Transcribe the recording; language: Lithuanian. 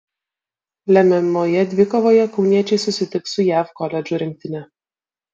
lemiamoje dvikovoje kauniečiai susitiks su jav koledžų rinktine